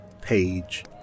page